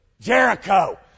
Jericho